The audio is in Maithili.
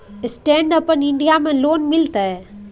स्टैंड अपन इन्डिया में लोन मिलते?